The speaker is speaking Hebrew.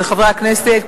ולחברי הכנסת,